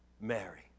Mary